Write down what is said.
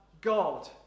God